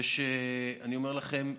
אני אומר לכם,